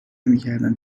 نمیکردم